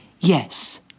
Yes